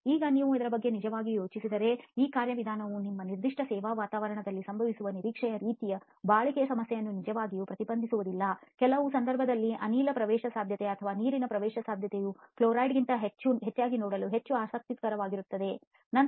ಈಗ ನೀವು ಅದರ ಬಗ್ಗೆ ನಿಜವಾಗಿಯೂ ಯೋಚಿಸಿದರೆ ಈ ಕಾರ್ಯವಿಧಾನವು ನಿಮ್ಮ ನಿರ್ದಿಷ್ಟ ಸೇವಾ ವಾತಾವರಣದಲ್ಲಿ ಸಂಭವಿಸುವ ನಿರೀಕ್ಷೆಯ ರೀತಿಯ ಬಾಳಿಕೆ ಸಮಸ್ಯೆಯನ್ನು ನಿಜವಾಗಿಯೂ ಪ್ರತಿಬಿಂಬಿಸುವುದಿಲ್ಲ ಕೆಲವು ಸಂದರ್ಭಗಳಲ್ಲಿ ಅನಿಲ ಪ್ರವೇಶಸಾಧ್ಯತೆ ಅಥವಾ ನೀರಿನ ಪ್ರವೇಶಸಾಧ್ಯತೆಯು ಕ್ಲೋರೈಡ್ ಗಿಂತ ಹೆಚ್ಚಾಗಿ ನೋಡಲು ಹೆಚ್ಚು ಆಸಕ್ತಿಕರವಾಗಿರುತ್ತದೆ ನುಗ್ಗುವ ಗುಣಲಕ್ಷಣಗಳು